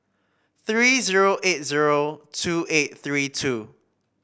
three zero eight zero two eight three two